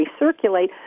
recirculate